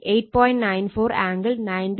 94 angle 93